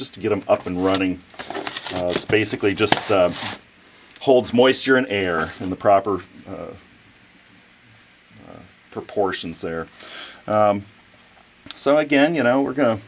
just to get them up and running basically just holds moisture in air in the proper proportions there so again you know we're go